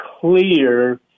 clear